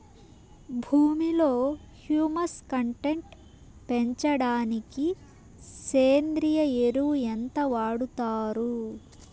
భూమిలో humus content పెంచడానికి సేంద్రియ ఎరువు ఎంత వాడుతారు